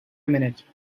minute